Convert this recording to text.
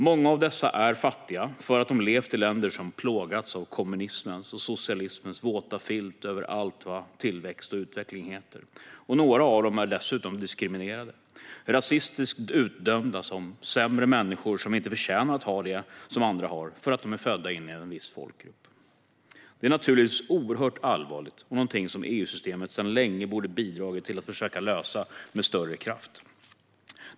Många av dessa är fattiga för att de levt i länder som plågats av kommunismens och socialismens våta filt över allt vad tillväxt och utveckling heter. Några av dem är dessutom diskriminerade - rasistiskt utdömda som sämre människor som inte förtjänar att ha det andra har för att de är födda in i en viss folkgrupp. Detta är naturligtvis oerhört allvarligt och någonting som EU-systemet sedan länge med större kraft borde ha bidragit till att försöka lösa.